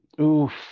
Oof